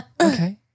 Okay